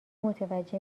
متوجه